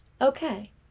Okay